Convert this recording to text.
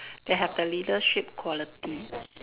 they have the leadership quality